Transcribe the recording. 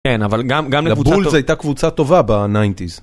כן, אבל גם לבול זו הייתה קבוצה טובה בניינטיז.